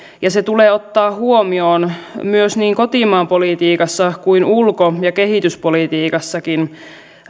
ja se tulee ottaa huomioon myös niin kotimaan politiikassa kuin ulko ja kehityspolitiikassakin